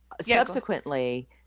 Subsequently